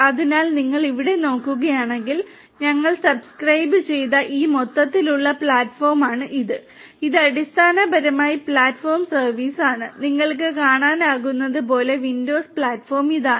അതിനാൽ നിങ്ങൾ ഇവിടെ നോക്കുകയാണെങ്കിൽ ഞങ്ങൾ സബ്സ്ക്രൈബുചെയ്ത ഈ മൊത്തത്തിലുള്ള പ്ലാറ്റ്ഫോമാണ് ഇത് ഇത് അടിസ്ഥാനപരമായി പ്ലാറ്റ്ഫോം സർവീസ് ആണ് നിങ്ങൾക്ക് കാണാനാകുന്നതുപോലെ വിൻഡോസ് പ്ലാറ്റ്ഫോം ഇതാണ്